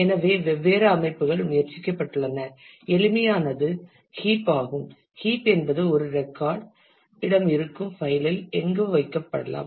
எனவே வெவ்வேறு அமைப்புகள் முயற்சிக்கப்பட்டுள்ள எளிமையானது ஹீப் ஆகும் ஹீப் என்பது ஒரு ரெக்கார்ட் இடம் இருக்கும் பைல் இல் எங்கும் வைக்கப்படலாம்